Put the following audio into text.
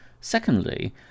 Secondly